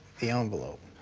the envelope.